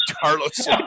Carlos